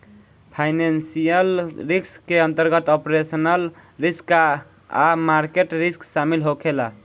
financial risk के अंतर्गत operational risk आ मार्केट रिस्क शामिल होखे ला